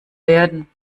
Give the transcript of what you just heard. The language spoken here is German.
werden